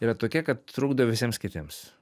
yra tokie kad trukdo visiems kitiems